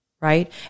right